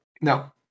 No